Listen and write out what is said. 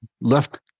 Left